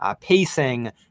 pacing